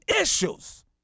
issues